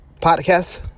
podcast